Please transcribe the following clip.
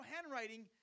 handwriting